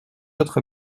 autre